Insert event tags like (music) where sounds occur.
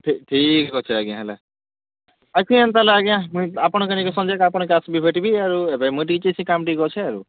ଠିକ୍ ଅଛେ ଆଜ୍ଞା ହେଲା ଆସିବେ ଏନ୍ତା ହେଲେ ଆଜ୍ଞା ଆପଣଙ୍କୁ ସଞ୍ଜବେଳେ ଆସ୍ବି ପାରିବି ଭେଟ୍ବି ଆରୁ ଏବେ ମୁଇଁ (unintelligible) ଟିକେ କାମ୍ ଅଛି ଆରୁ